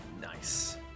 Nice